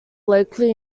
locally